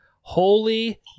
Holy